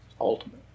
ultimate